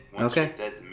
Okay